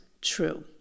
true